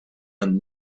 and